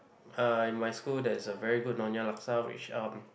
uh in my school there is a very good Nyonya laksa which um